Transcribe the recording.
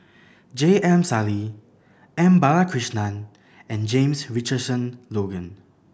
J M Sali M Balakrishnan and James Richardson Logan